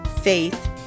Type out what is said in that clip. faith